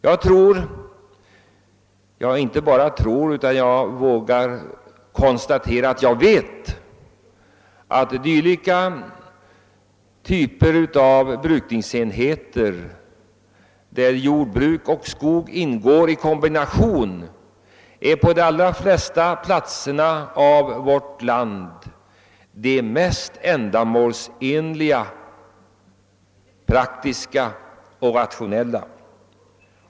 Jag tror — ja inte bara tror utan vågar konstatera att jag vet — att dylika typer av brukningsenheter där jordbruk och skogsbruk ingår i kombination är på de allra flesta platser i vårt land de mest ändamålsenliga, praktiska och rationella.